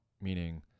meaning